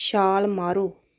ਛਾਲ ਮਾਰੋ